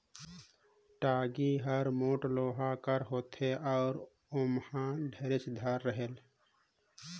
टागी हर मोट लोहा कर होथे अउ ओमहा ढेरेच धार रहेल